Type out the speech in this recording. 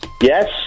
Yes